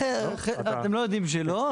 אנחנו לא יודעים שלא,